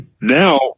Now